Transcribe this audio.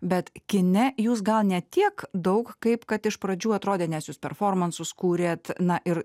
bet kine jūs gal ne tiek daug kaip kad iš pradžių atrodė nes jūs performansus kūrėt na ir